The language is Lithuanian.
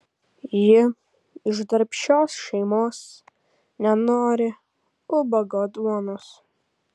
ji iš darbščios šeimos nenori ubago duonos